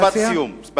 משפט סיום.